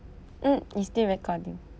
mm it's still recording